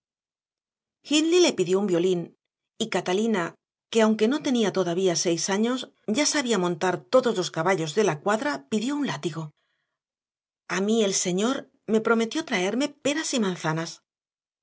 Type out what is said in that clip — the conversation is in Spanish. hindley le pidió un violín y catalina que aunque no tenía todavía seis años ya sabía montar todos los caballos de la cuadra pidió un látigo a mí el señor me prometió traerme peras y manzanas